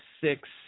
six